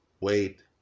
wait